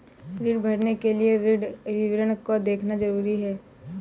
ऋण भरने के लिए ऋण विवरण को देखना ज़रूरी है